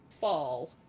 Fall